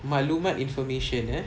maklumat information ah